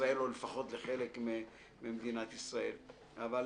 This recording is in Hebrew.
ישראל או לחלק ממדינת ישראל היתה בשנת 78',